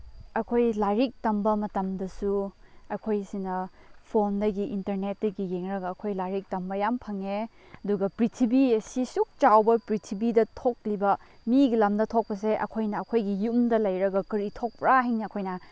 ꯑꯩꯈꯣꯏ ꯂꯥꯏꯔꯤꯛ ꯇꯝꯕ ꯃꯇꯝꯗꯁꯨ ꯑꯩꯈꯣꯏꯁꯤꯅ ꯐꯣꯟꯗꯒꯤ ꯏꯟꯇꯔꯅꯦꯠꯇꯒꯤ ꯌꯦꯡꯂꯒ ꯑꯩꯈꯣꯏ ꯂꯥꯏꯔꯤꯛ ꯇꯝꯕ ꯌꯥꯝ ꯐꯪꯉꯦ ꯑꯗꯨꯒ ꯄ꯭ꯔꯤꯊꯤꯕꯤ ꯑꯁꯤ ꯁꯨꯛ ꯆꯥꯎꯕ ꯄ꯭ꯔꯤꯊꯤꯕꯤꯗ ꯊꯣꯛꯂꯤꯕ ꯃꯤꯒꯤ ꯂꯝꯗ ꯊꯣꯛꯄꯁꯦ ꯑꯩꯈꯣꯏꯅ ꯑꯩꯈꯣꯏꯒꯤ ꯌꯨꯝꯗ ꯂꯩꯔꯒ ꯀꯔꯤ ꯊꯣꯛꯄ꯭ꯔꯥ ꯍꯥꯏꯅ ꯑꯩꯈꯣꯏꯅ